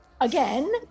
again